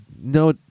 no